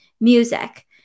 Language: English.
music